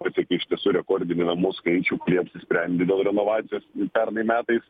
pasiekė iš tiesų rekordinį namų skaičių kurie apsisprendė dėl renovacijos pernai metais